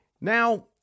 Now